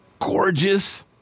gorgeous